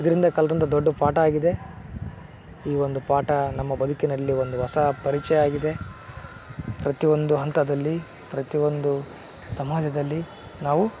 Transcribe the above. ಇದರಿಂದ ಕಲಿತಂಥ ದೊಡ್ಡ ಪಾಠ ಆಗಿದೆ ಈ ಒಂದು ಪಾಠ ನಮ್ಮ ಬದುಕಿನಲ್ಲಿ ಒಂದು ಹೊಸ ಪರಿಚಯ ಆಗಿದೆ ಪ್ರತಿಯೊಂದು ಹಂತದಲ್ಲಿ ಪ್ರತಿಯೊಂದು ಸಮಾಜದಲ್ಲಿ ನಾವು